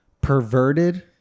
perverted